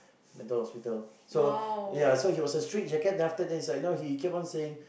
mental hospital so ya he was a straight jacket then after that he was like he kept on saying